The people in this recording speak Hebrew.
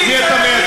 את מי אתה מייצג?